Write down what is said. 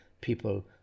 people